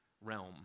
realm